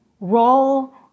role